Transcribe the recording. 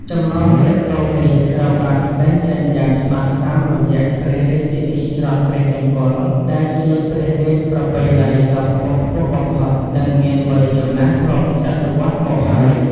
ចំណងទាក់ទងនេះត្រូវបានស្តែងចេញយ៉ាងច្បាស់តាមរយៈ «ព្រះរាជពិធីច្រត់ព្រះនង្គ័ល» ដែលជាព្រះរាជប្រពៃណីដ៏ខ្ពង់ខ្ពស់បំផុត និងមានវ័យចំណាស់រាប់សតវត្សមកហើយ។